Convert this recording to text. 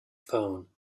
phone